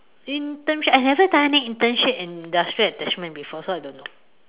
internship I haven't done any internship and industrial attachment before so I don't know